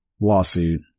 lawsuit